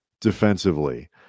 defensively